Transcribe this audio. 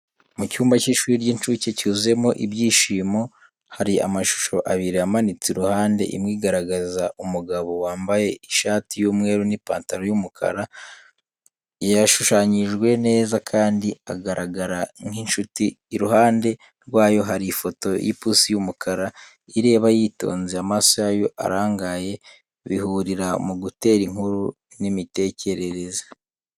Mu cyumba cy’ishuri ry’incuke cyuzuyemo ibyishimo, hari amashusho abiri amanitse iruhande. Imwe igaragaza umugabo wambaye ishati y’umweru n’ipantaro y’umukara, yashushanyijwe neza kandi agaragara nk’inshuti. Iruhande rwayo, hari ifoto y’ipusi y’umukara ireba yitonze, amaso yayo arangaye. Bihurira mu gutera inkuru n’imitekerereze.